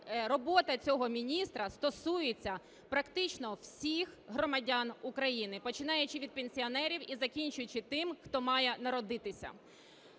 робота цього міністра стосується практично всіх громадян України, починаючи від пенсіонерів і закінчуючи тим, хто має народитися.